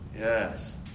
Yes